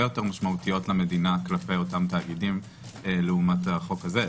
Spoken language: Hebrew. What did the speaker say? יותר משמעותיות למדינה כלפי אותם תאגידים לעומת החוק הזה.